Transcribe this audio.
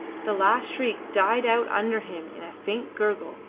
the last shriek died out under him in a faint gurgle,